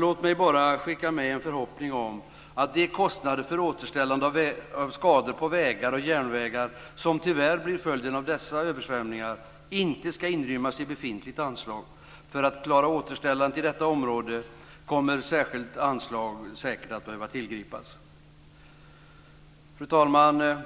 Låt mig bara skicka med en förhoppning om att de kostnader för återställande av skador på vägar och järnvägar som tyvärr blir följden av dessa översvämningar inte ska inrymmas i befintligt anslag. För att klara återställandet i detta område kommer säkert ett särskilt anslag att behöva tillgripas. Fru talman!